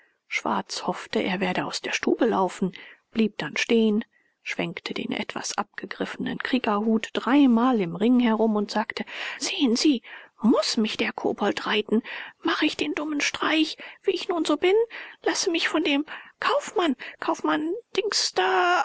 schwarz hoffte er werde aus der stube laufen blieb dann stehen schwenkte den etwas abgegriffenen kriegerhut dreimal im ring herum und sagte sehen sie muß mich der kobold reiten mach ich den dummen streich wie ich nun so bin lasse mich von dem kaufmann kaufmann dings da